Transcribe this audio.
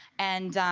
and